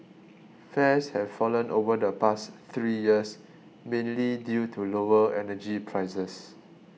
fares have fallen over the past three years mainly due to lower energy prices